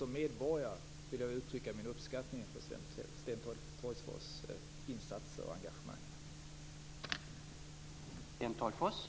Som medborgare vill jag uttrycka min uppskattning av Sten Tolgfors insatser och engagemang.